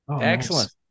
Excellent